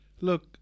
look